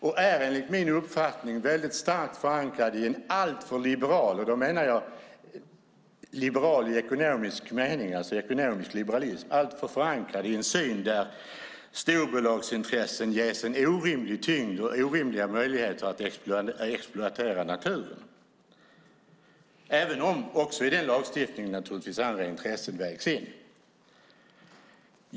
Den är enligt min uppfattning väldigt starkt förankrad i en alltför liberal syn där storbolagsintressen ges en orimlig tyngd och orimliga möjligheter att exploatera naturen, även om också andra intressen vägs in i lagstiftningen. Då menar jag liberal i ekonomisk mening, det vill säga ekonomisk liberalism.